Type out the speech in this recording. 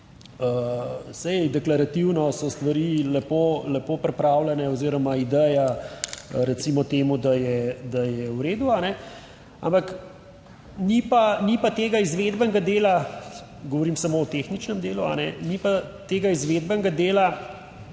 saj deklarativno so stvari lepo, lepo pripravljene oziroma ideja recimo temu, da je, da je v redu, ampak ni pa, ni pa tega izvedbenega dela, govorim samo o tehničnem delu, ni pa tega izvedbenega dela,